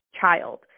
child